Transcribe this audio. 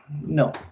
no